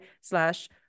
slash